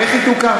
איך היא תוקם?